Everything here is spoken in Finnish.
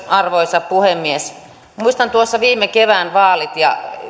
arvoisa puhemies muistan viime kevään vaalit ja